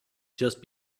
just